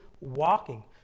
walking